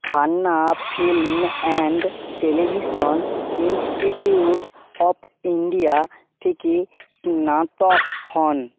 Khanna film and television institute of India থেকে স্নাতক হন